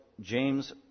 James